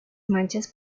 manchas